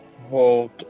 hold